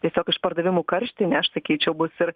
tiesiog išpardavimų karštinė aš sakyčiau bus ir